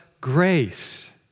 grace